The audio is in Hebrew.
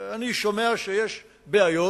ושמעתי שיש בעיות